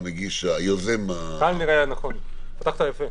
תודה רבה לך אדוני היושב ראש.